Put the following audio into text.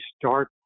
start